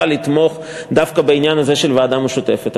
לתמוך דווקא בעניין הזה של ועדה משותפת.